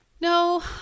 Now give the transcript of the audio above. No